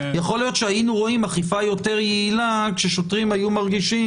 אולי היינו רואים אכיפה יותר יעילה כששוטרים היו מרגישים